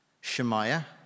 Shemaiah